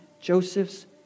Joseph's